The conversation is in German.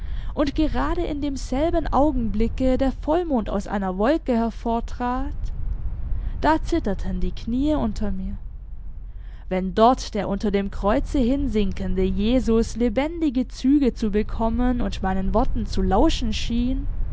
und gerade in demselben augenblicke der vollmond aus einer wolke hervortrat da zitterten die knie unter mir wenn dort der unter dem kreuze hinsinkende jesus lebendige züge zu bekommen und meinen worten zu lauschen schien